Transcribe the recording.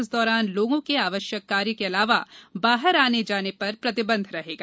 इस दौरान लोगों के आवश्यक कार्य के अलावा बाहर आने जाने पर प्रतिबंधित रहेगा